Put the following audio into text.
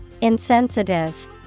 Insensitive